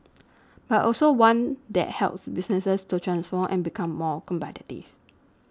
but also one that helps businesses to transform and become more competitive